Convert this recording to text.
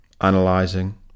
analyzing